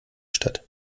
statt